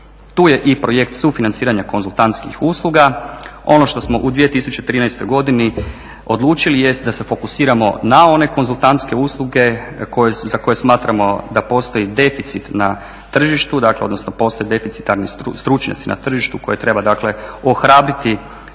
Tu je i projekt sufinanciranja konzultantskih usluga. Ono što smo u 2013. godini odlučili jest da se fokusiramo na one konzultantske usluge za koje smatramo da postoji deficit na tržištu, dakle odnosno postoji deficitarni stručnjaci na tržištu koje treba dakle ohrabriti